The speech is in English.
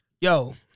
Yo